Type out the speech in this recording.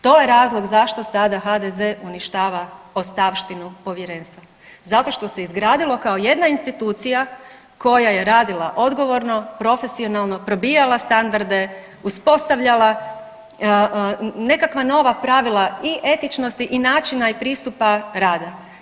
To je razlog zašto sada HDZ uništava ostavštinu povjerenstva, zato što se izgradilo kao jedna institucija koja je radila odgovorno, profesionalno, probijala standarde, uspostavljala nekakva nova pravila i etičnosti i načina i pristupa rada.